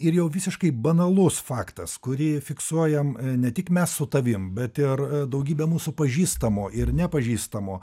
ir jau visiškai banalus faktas kurį fiksuojam ne tik mes su tavim bet ir daugybė mūsų pažįstamo ir nepažįstamo